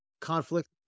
conflict